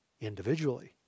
individually